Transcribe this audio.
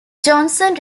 johnson